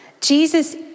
Jesus